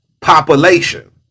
population